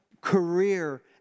career